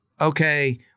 okay